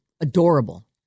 adorable